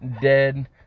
dead